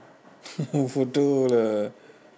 bodoh lah